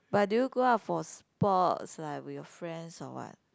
but do you go out for sports like with your friends or what